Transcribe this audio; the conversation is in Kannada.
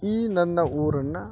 ಈ ನನ್ನ ಊರನ್ನು